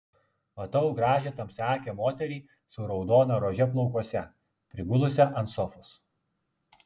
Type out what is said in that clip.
matau gražią tamsiaakę moterį su raudona rože plaukuose prigulusią ant sofos